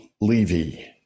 Levy